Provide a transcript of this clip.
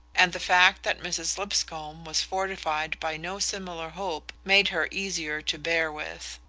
and the fact that mrs. lipscomb was fortified by no similar hope made her easier to bear with.